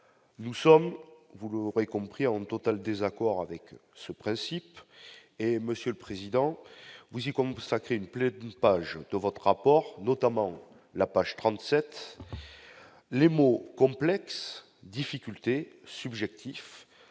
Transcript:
nous sommes vous l'aurait compris en total désaccord avec ce principe et Monsieur le Président, vous y comme vous, ça crée une pleine page de votre rapport, notamment la page 37 les mots complexes difficultés subjectif,